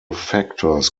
factors